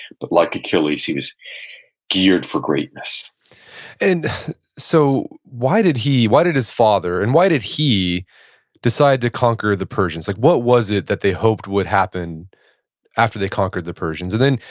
but like achilles, he was geared for greatness and so why did he, why did his father, and why did he decide to conquer the persians? like, what was it that they hoped would happen after they conquered the persians? and then,